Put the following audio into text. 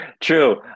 true